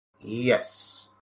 Yes